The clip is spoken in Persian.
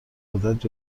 قدرت